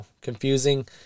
confusing